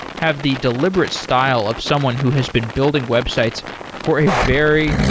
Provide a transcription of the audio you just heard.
have the deliberate style of someone who has been building websites for a very,